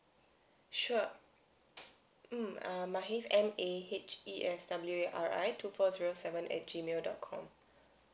sure mm uh mahes M A H E S W A R I two four zero seven at G mail dot com